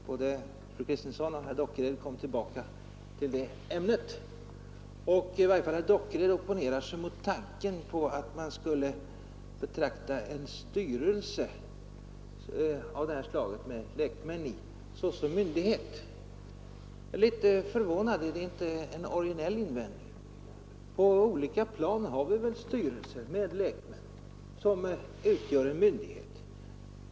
Både fru Kristensson och herr Dockered kom tillbaka till det ämnet, och i varje fall herr Dockered opponerar sig mot tanken på att man skulle betrakta en styrelse av det här slaget med lekmän i såsom myndighet. Jag är litet förvånad. Är det inte en originell invändning? På olika plan har vi väl styrelser med lekmän som utgör en myndighet.